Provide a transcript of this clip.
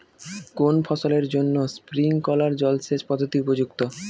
কোন ফসলের জন্য স্প্রিংকলার জলসেচ পদ্ধতি উপযুক্ত?